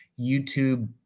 youtube